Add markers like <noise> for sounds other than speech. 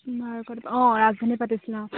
<unintelligible> অঁ ৰাজধানী পাতিছিলে